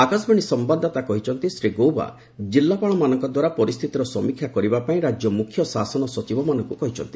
ଆକାଶବାଣୀ ସମ୍ଭାଦଦାତା କହିଛନ୍ତି ଶ୍ରୀ ଗୌବା ଜିଲ୍ଲାପାଳମାନଙ୍କ ଦ୍ୱାରା ପରିସ୍ଥିତିର ସମୀକ୍ଷା କରିବା ପାଇଁ ରାଜ୍ୟ ମୁଖ୍ୟ ଶାସନ ସଚିବମାନଙ୍କୁ କହିଛନ୍ତି